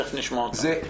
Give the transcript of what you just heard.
תכף נשמע אותם.